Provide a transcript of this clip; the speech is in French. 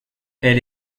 elle